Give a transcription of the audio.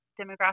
demographic